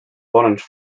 poręcz